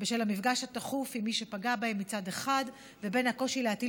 בשל המפגש התכוף עם מי שפגע בהם מצד אחד ובין הקושי להטיל